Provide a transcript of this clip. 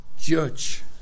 judge